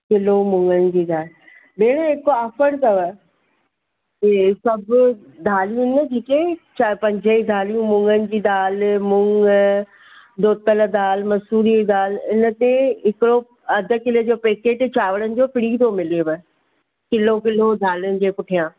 kilo मूङनि जी दाल भेण हिकु ऑफर अथव इहे सभु दालियूं जेके चारि पंज ई दालियूं मूङनि जी दाल मूङ धोतलु दाल मसूर ई दाल इन ते हिकिड़ो अधु किले जो पेकेट चांवरनि जो फ्री थो मिलेव किलो किलो दालिनि जे पुठियां